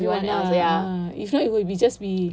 everyone ya if not it will just be